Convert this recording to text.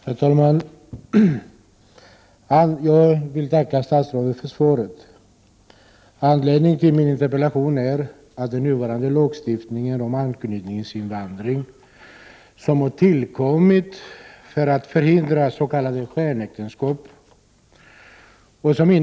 Herr talman! Jag tackar statsrådet för svaret. Anledningen till min interpellation är den nuvarande lagstiftningen om anknytningsinvandring, en lagstiftning som ju tillkommit för att hindra s.k. skenäktenskap.